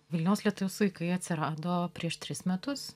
vilniaus lietaus vaikai atsirado prieš tris metus